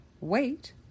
Wait